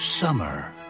summer